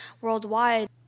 worldwide